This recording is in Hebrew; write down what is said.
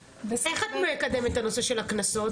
איך את מקדמת את הנושא של הקנסות?